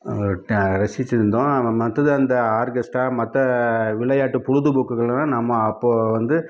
ட ரசிச்சுட்ருந்தோம் ஆனால் மற்றது அந்த ஆர்கஸ்ட்டா மற்ற விளையாட்டு பொழுதுபோக்குகளலாம் நாம் அப்போது வந்து